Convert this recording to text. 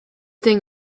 thing